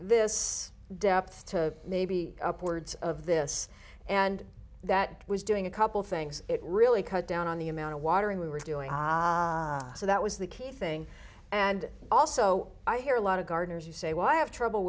this depth to maybe upwards of this and that was doing a couple things that really cut down on the amount of watering we were doing so that was the key thing and also i hear a lot of gardeners you say well i have trouble